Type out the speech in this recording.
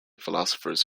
philosophers